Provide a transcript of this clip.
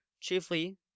chiefly